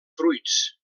fruits